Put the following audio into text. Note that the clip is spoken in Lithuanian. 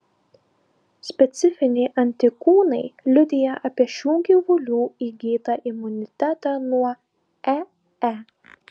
specifiniai antikūnai liudija apie šių gyvulių įgytą imunitetą nuo ee